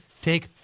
Take